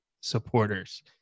supporters